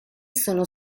sono